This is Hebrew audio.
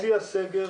בשיא הסגר